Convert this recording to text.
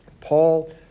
Paul